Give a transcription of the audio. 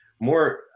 more